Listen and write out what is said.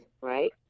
Right